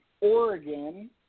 Oregon